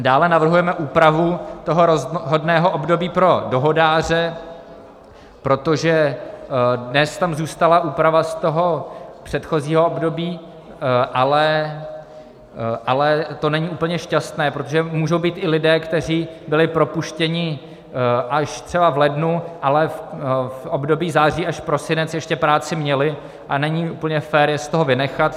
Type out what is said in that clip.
Dále navrhujeme úpravu rozhodného období pro dohodáře, protože dnes tam zůstala úprava z toho předchozího období, ale to není úplně šťastné, protože můžou být i lidé, kteří byli propuštěni až třeba v lednu, ale v období září až prosinec ještě práci měli, a není úplně fér je z toho vynechat.